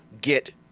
get